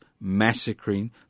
massacring